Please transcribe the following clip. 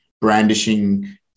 brandishing